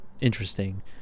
interesting